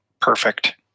perfect